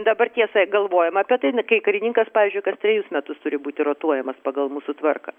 dabar tiesa galvojam apie tai kai karininkas pavyzdžiui kas trejus metus turi būti rotuojamas pagal mūsų tvarką